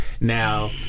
Now